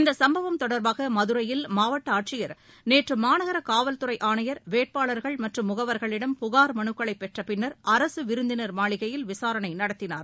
இந்த சும்பவம் தொடர்பாக மதுரையில் மாவட்ட ஆட்சியர் நேற்று மாநகர காவல்துறை ஆணையர் வேட்பாளர்கள் மற்றும் முகவர்களிடம் புகார் மனுக்களை பெற்ற பின்னர் அரசு விருந்தினர் மாளிகையில் விசாரணை நடத்தினார்